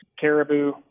caribou